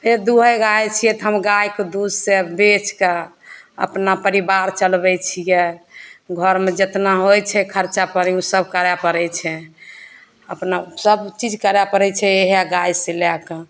फेर दूहय गारय छियै तऽ हम गायके दूधसे बेचके अपना परिवार चलबय छियै घरमे जेतना होइ छै खर्चा पानी उ सब करय पड़य छै अपना सब चीज करय पड़य छै इएह गायसँ लैके